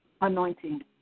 anointing